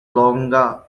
bologna